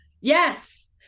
yes